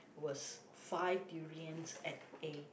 was five durian at A